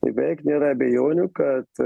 tai beveik nėra abejonių kad